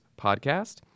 podcast